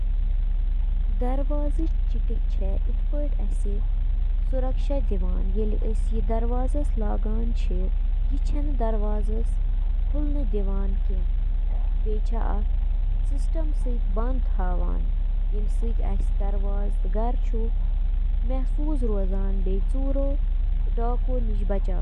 Dish washer چھِ اکھ یِژھ مِشیٖن یۄسہٕ ڈِشوار، کُک ویئر تہٕ کٹلری پٲنۍ پانے صاف کرنہٕ خٲطرٕ استعمال چھِ یِوان کرنہٕ۔ ڈش واشرٕچ بنیٲدی کٲم چھِ برتن، برتن، شیشہِ ہٕنٛدۍ سامان تہٕ کُک ویئر صاف کرٕنۍ۔